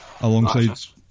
alongside